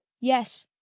yes